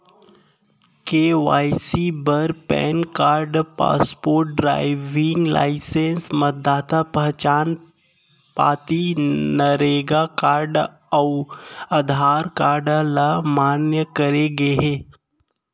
KYC बर PAN card, passport, driving licence, मतदाता पहचान पाती, नरेगा कारड अउ आधार कारड ल मान्य करे गे हे